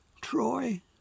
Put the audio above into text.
Troy